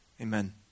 Amen